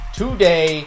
today